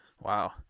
Wow